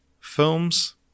films